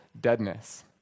deadness